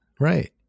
Right